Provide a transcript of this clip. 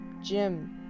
Jim